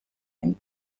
and